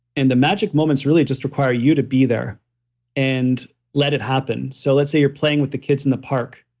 and the magic moments really just require you to be there and let it happen. so, let's say you're playing with the kids in the park,